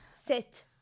sit